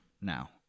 now